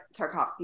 tarkovsky